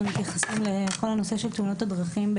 אנחנו מתייחסים לכל הנושא של תאונות הדרכים,